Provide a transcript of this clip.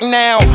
now